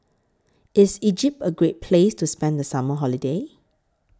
IS Egypt A Great Place to spend The Summer Holiday